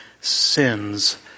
sins